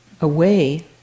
away